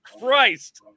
Christ